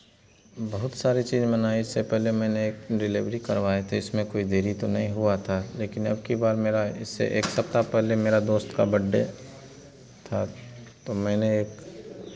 बहुत सारे चीज़ मंगाए इससे पहले मैंने एक डिलेवरी करवाए थे उसमें तो कोई देरी नहीं हुआ था लेकिन अब की बार मेरा इससे एक सप्ताह पहले मेरा दोस्त का बड्डे था तो मैंने एक